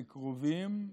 בקרובים,